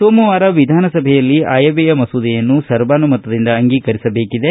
ಸೋಮವಾರ ವಿಧಾನಸಭೆಯಲ್ಲಿ ಆಯವ್ವಯ ಮಸೂದೆಯನ್ನು ಸರ್ವಾನುಮತದಿಂದ ಅಂಗೀಕರಿಸಬೇಕಿದೆ